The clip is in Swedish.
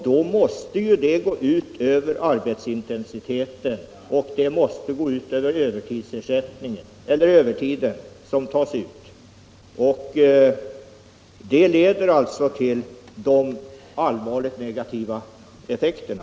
Då måste det gå ut över arbetsintensiteten och påverka den övertid som tas ut. Det är här som vi får de allvarligt negativa effekterna.